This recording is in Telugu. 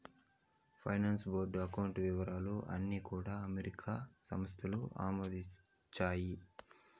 ఫైనాన్స్ బోర్డు అకౌంట్ వివరాలు అన్నీ కూడా అమెరికా సంస్థలు ఆమోదించాయి